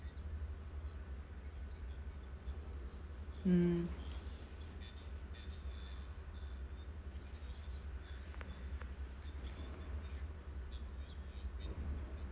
mm